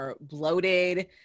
bloated